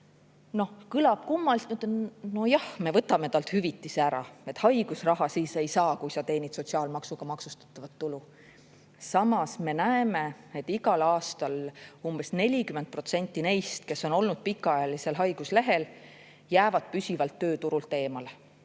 Kõlab kummaliselt." Ma ütlen: "Nojah, me võtame talt hüvitise ära, et haigusraha siis ei saa, kui sa teenid sotsiaalmaksuga maksustatavat tulu." Samas me näeme, et igal aastal umbes 40% neist, kes on olnud pikaajalisel haiguslehel, jääb püsivalt tööturult eemale.